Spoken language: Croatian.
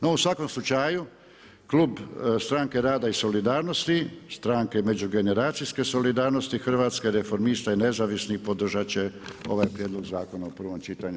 No u svakom slučaju, Klub stranke rada i solidarnosti, Stranke međugeneracijske solidarnosti, Hrvatskih reformista i nezavisnih podržati će ovaj prijedlog zakona u prvom čitanju.